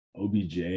OBJ